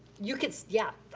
you can sit, yeah.